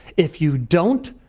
if you don't,